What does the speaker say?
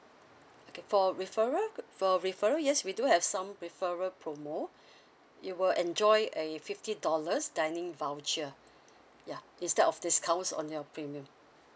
okay for referral for referral yes we do have some referral promo you will enjoy a fifty dollars dining voucher yeah instead of discounts on your premium